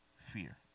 fear